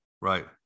right